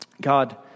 God